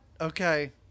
okay